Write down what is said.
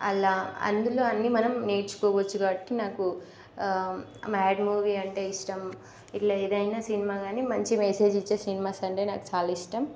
అలా అందులో అన్ని మనం నేర్చుకోవచ్చు కావట్టి నాకు మ్యాడ్ మూవీ అంటే ఇష్టం ఇట్లా ఏదైనా సినిమా కానీ మంచి మెసేజ్ ఇచ్చే సినిమాస్ అంటే నాకు చాలా ఇష్టం